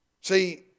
See